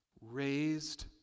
raised